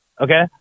okay